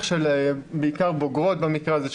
בעיקר בוגרות במקרה הזה,